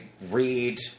read